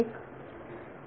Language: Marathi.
विद्यार्थी 1